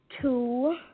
two